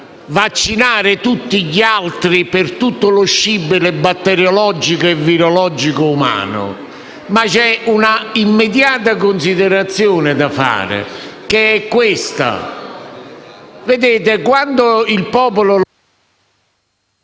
vaccinare tutti gli altri per tutto lo scibile batteriologico e virologico umano - ma c'è un'immediata considerazione da fare. Quando il popolo...